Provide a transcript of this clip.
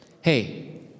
Hey